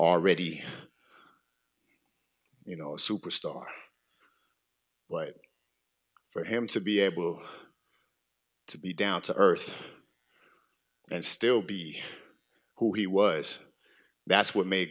already you know a superstar but for him to be able to be down to earth and still be who he was that's what ma